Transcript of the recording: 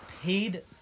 paid